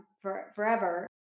forever